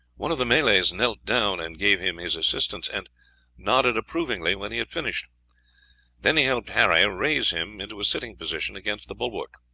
one of the malay's knelt down and gave him his assistance, and nodded approvingly when he had finished then he helped harry raise him into a sitting position against the bulwark.